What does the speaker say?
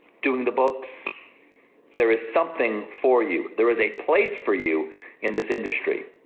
doing the books there is something for you, there is a place for you in this industry,